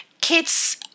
Kids